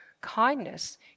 kindness